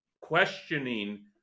Questioning